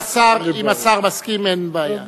אם השר מסכים, אין בעיה.